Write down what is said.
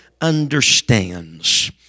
understands